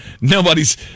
nobody's